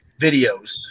videos